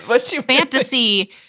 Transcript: fantasy